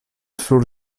sur